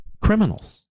Criminals